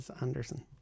anderson